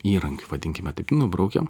įrankiu vadinkime taip nubraukiam